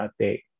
update